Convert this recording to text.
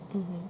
mmhmm